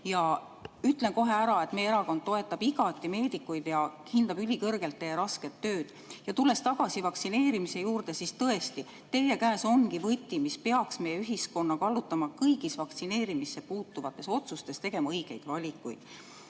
Ütlen kohe ära, et meie erakond toetab igati meedikuid ja hindab ülikõrgelt teie rasket tööd. Tulen tagasi vaktsineerimise juurde. Tõesti, teie käes ongi võti, mis peaks meie ühiskonna kallutama kõigis vaktsineerimisse puutuvates otsustes tegema õigeid valikuid.